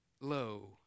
low